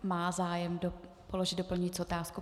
Má zájem položit doplňující otázku.